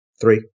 three